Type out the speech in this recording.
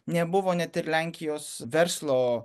nebuvo net ir lenkijos verslo